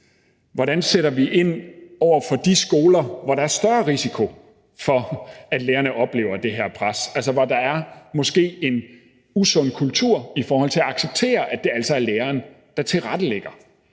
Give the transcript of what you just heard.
Hvordan sætter vi ind over for de skoler, hvor der er større risiko for, at lærerne oplever det her pres, altså hvor der måske er en usund kultur i forhold til at acceptere, at det altså er læreren, der tilrettelægger